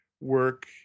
work